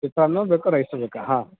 chicken ಬೇಕು rice ಬೇಕ್ ಹಾಂ